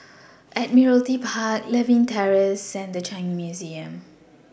Admiralty Park Lewin Terrace and The Changi Museum